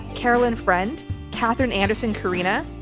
carolyn friend catherine anderson carina,